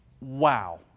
wow